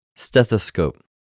Stethoscope